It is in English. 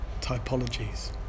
typologies